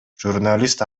журналист